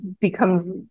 becomes